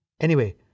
Anyway